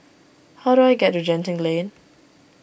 how do I get to Genting Lane